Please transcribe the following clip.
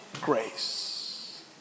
grace